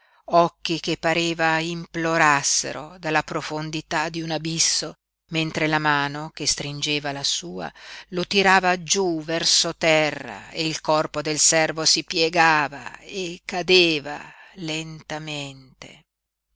occhi che pareva implorassero dalla profondità di un abisso mentre la mano che stringeva la sua lo tirava giú verso terra e il corpo del servo si piegava e cadeva lentamente